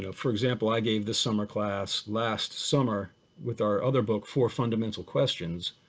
you know for example, i gave this summer class last summer with our other book, four fundamental questions,